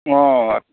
অঁ